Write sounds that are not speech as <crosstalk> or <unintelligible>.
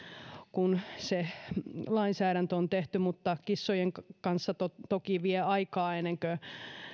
kun se lainsäädäntö on tehty mutta kissojen kanssa toki vie aikaa ennen kuin <unintelligible>